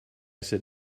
sit